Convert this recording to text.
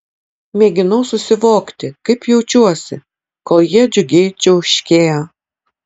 mėginau susivokti kaip jaučiuosi kol jie džiugiai čiauškėjo